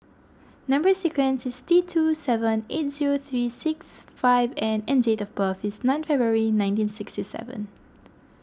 Number Sequence is T two seven eight zero three six five N and date of birth is nine February nineteen sixty seven